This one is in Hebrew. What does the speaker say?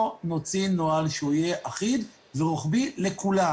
נוציא נוהל שיהיה אחיד ורוחבי לכולם.